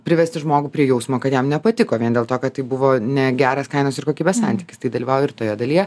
privesti žmogų prie jausmo kad jam nepatiko vien dėl to kad buvo ne geras kainos ir kokybės santykis tai dalyvauju ir toje dalyje